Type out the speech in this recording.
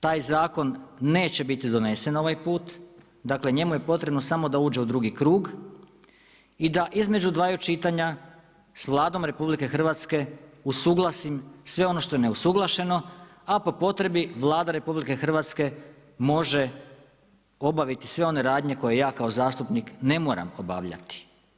Taj zakon neće biti donesen ovaj put, dakle njemu je potrebno samo da uđe u drugi krug i da između dvaju čitanja sa Vladom RH usuglasim sve ono što je neusuglašeno a po potrebi Vlada RH može obaviti sve one radnje koje ja kao zastupnik ne moram obavljati.